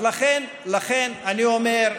אז לכן אני אומר,